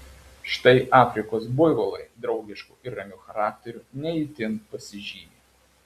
štai afrikos buivolai draugišku ir ramu charakteriu ne itin pasižymi